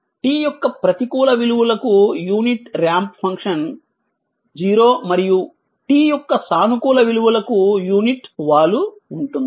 t యొక్క ప్రతికూల విలువలకు యూనిట్ రాంప్ ఫంక్షన్ 0 మరియు t యొక్క సానుకూల విలువలకు యూనిట్ వాలు ఉంటుంది